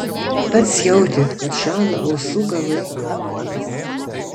pats jautė kad šąla ausų galai iš baimės